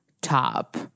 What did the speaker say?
top